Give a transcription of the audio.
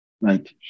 Right